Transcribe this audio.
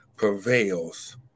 prevails